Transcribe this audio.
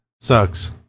Sucks